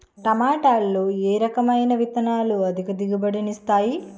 టమాటాలో ఏ రకమైన విత్తనాలు అధిక దిగుబడిని ఇస్తాయి